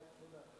התבונה.